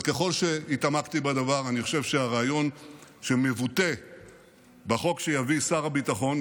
אבל ככל שהתעמקתי בדבר אני חושב שהרעיון שמבוטא בחוק שיביא שר הביטחון,